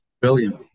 Brilliant